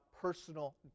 personal